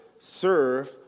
serve